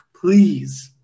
please